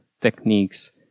techniques